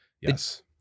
Yes